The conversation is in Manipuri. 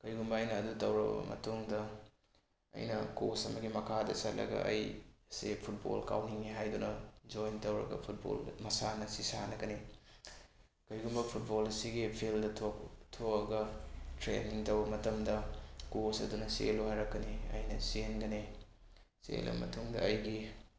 ꯀꯔꯤꯒꯨꯝꯕ ꯑꯩꯅ ꯑꯗꯨ ꯇꯧꯔꯨꯔꯕ ꯃꯇꯨꯡꯗ ꯑꯩꯅ ꯀꯣꯁ ꯑꯃꯒꯤ ꯃꯈꯥꯗ ꯆꯠꯂꯒ ꯑꯩꯁꯦ ꯐꯨꯠꯕꯣꯜ ꯀꯥꯎꯅꯤꯡꯉꯦ ꯍꯥꯏꯗꯨꯅ ꯖꯣꯏꯟ ꯇꯧꯔꯒ ꯐꯨꯠꯕꯣꯜ ꯃꯁꯥꯟꯅ ꯑꯁꯤ ꯁꯥꯟꯅꯒꯅꯤ ꯀꯔꯤꯒꯨꯝꯕ ꯐꯨꯠꯕꯣꯜ ꯑꯁꯤꯒꯤ ꯐꯤꯜꯗ ꯊꯣꯛꯑꯒ ꯇ꯭ꯔꯦꯟꯅꯤꯡ ꯇꯧꯕ ꯃꯇꯝꯗ ꯀꯣꯁ ꯑꯗꯨꯅ ꯆꯦꯜꯂꯨ ꯍꯥꯏꯔꯛꯀꯅꯤ ꯑꯩꯅ ꯆꯦꯟꯒꯅꯤ ꯆꯦꯜꯂ ꯃꯇꯨꯡꯗ ꯑꯩꯒꯤ